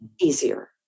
easier